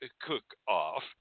Cook-Off